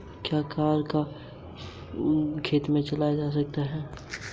क्या car finance एक उपयोगिता बिल है?